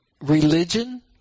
religion